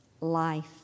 life